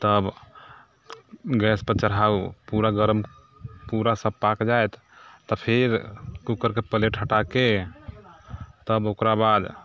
तब गैसपर चढ़ाउ पूरा गरम पूरा सभ पाकि जायत तऽ फेर कूकरके प्लेट हटाके तब ओकरा बाद